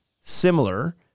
similar